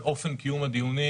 על אופן קיום הדיונים,